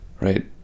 right